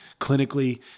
Clinically